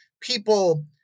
people